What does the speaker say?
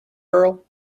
girl